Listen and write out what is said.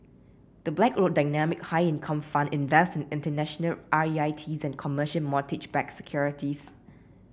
the Blackrock Dynamic High Income Fund invest in international R E I Ts and commercial mortgage backed securities